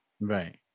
right